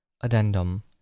Addendum